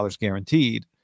guaranteed